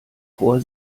chor